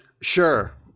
Sure